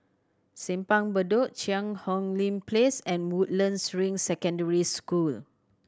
Simpang Bedok Cheang Hong Lim Place and Woodlands Ring Secondary School